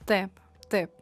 taip taip